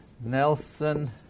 Nelson